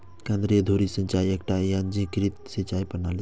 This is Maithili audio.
केंद्रीय धुरी सिंचाइ एकटा यंत्रीकृत सिंचाइ प्रणाली छियै